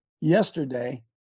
yesterday